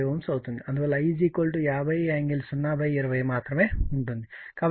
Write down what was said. అందువల్ల I 50∠020 మాత్రమే ఉంటుంది కాబట్టి ఈ విలువ 2